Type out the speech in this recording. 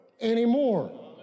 anymore